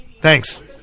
Thanks